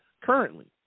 currently